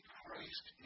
Christ